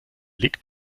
liegt